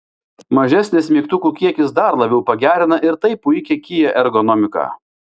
mažesnis mygtukų kiekis dar labiau pagerina ir taip puikią kia ergonomiką